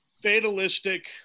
fatalistic